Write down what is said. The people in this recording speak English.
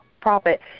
profit